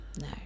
No